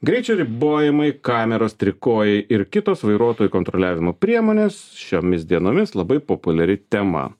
greičio ribojimai kameros trikojai ir kitos vairuotojų kontroliavimo priemonės šiomis dienomis labai populiari tema